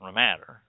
matter